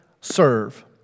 serve